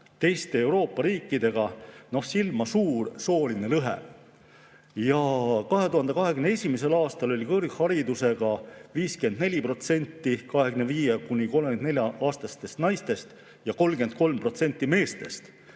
teiste Euroopa riikidega võrreldes silma suur sooline lõhe. 2021. aastal oli kõrgharidusega 54% 25–34‑aastastest naistest ja 33% [sama